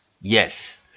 Yes